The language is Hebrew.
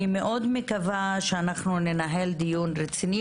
אני מאוד מקווה שאנחנו ננהל דיון רציני.